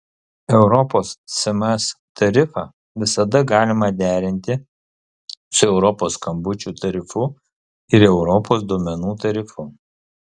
europos sms tarifą visada galima derinti su europos skambučių tarifu ir europos duomenų tarifu